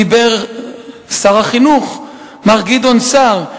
דיבר שר החינוך, מר גדעון סער.